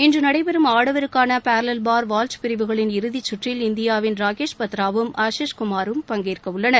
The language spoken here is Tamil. இன்று நடைபெறும் ஆடவருக்கான பேரலல் பார் வால்ட் பிரிவுகளின் இறுதிச் சுற்றில் இந்தியாவின் ராகேஷ் பத்ராவும் ஆஷிஷ் குமாரும் பங்கேற்க உள்ளனர்